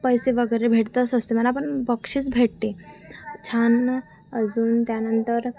पैसे वगैरे भेटतंच असते मला पण बक्षीस भेटते छान अजून त्यानंतर